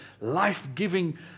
life-giving